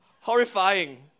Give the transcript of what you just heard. Horrifying